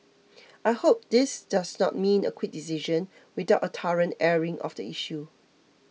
I hope this does not mean a quick decision without a thorough airing of the issue